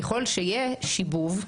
ככל שיהיה שיבוב,